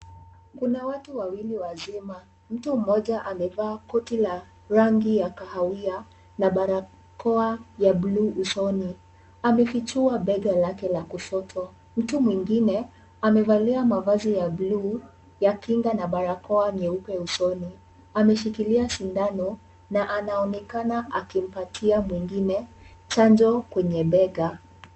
Kuna watu wawili wazima. Mtu mmoja amevaa koti la rangi ya kahawia na barakoa ya buluu usoni. Amefichua bega lake la kushoto. Mtu mwingine amevalia mavazi ya buluu ya kinga na barakoa nyeupe usoni. Ameshikilia sindano na anaonekana akimpatia mwingine chanjo kwenye bega.